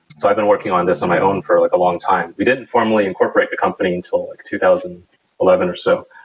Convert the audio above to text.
so i've been working on this on my own for like a long time. we didn't formally incorporate the company until like two thousand and eleven or so.